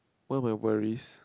what we're worries